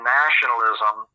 nationalism